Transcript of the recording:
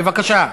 בבקשה.